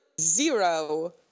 zero